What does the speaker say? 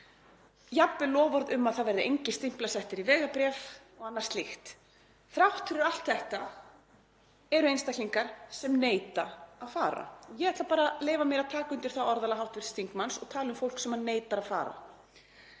jafnvel loforð um að það verði engir stimplar settir í vegabréf og annað slíkt — þrátt fyrir allt þetta eru einstaklingar sem neita að fara. Ég ætla bara að leyfa mér að taka undir orðalag hv. þingmanns og tala um fólk sem neitar að fara.